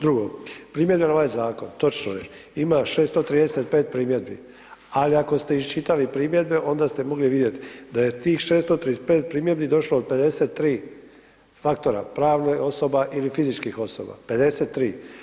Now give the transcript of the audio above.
Drugo, primjedbe na ovaj zakon, točno je, ima 635 primjedbi ali ako ste iščitali primjedbe onda ste mogli vidjeti da je tih 635 primjedbi došlo od 53 faktora, pravnih osoba ili fizičkih osoba, 53.